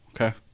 Okay